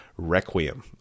Requiem